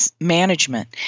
management